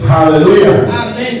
Hallelujah